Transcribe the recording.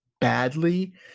badly